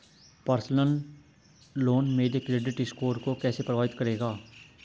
Personal loan मेरे credit score को कैसे प्रभावित करेगा?